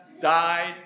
died